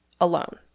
alone